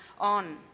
on